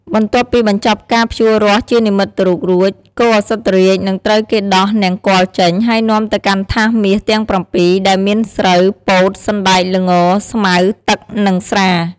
បន្ទាប់ពីបញ្ចប់ការភ្ជួររាស់ជានិមិត្តរូបរួច គោឧសភរាជនឹងត្រូវគេដោះនង្គ័លចេញ ហើយនាំទៅកាន់ថាសមាសទាំង ៧ ដែលមានស្រូវ ពោត សណ្ដែក ល្ង ស្មៅ ទឹក និងស្រា។